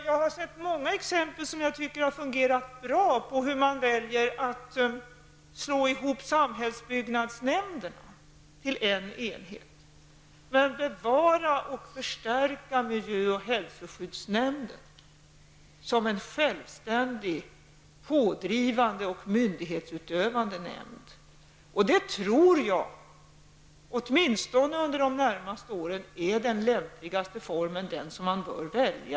Jag har sett flera exempel på att det kan fungera bra att slå ihop samhällsbyggnadsnämnderna till en enhet men bevara och förstärka miljö och hälsoskyddsnämnden som en självständig, pådrivande och myndighetsutövande nämnd. Det är min övertygelse att detta åtminstone under de närmaste åren är den lämpligaste formen och den man bör välja.